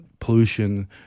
Pollution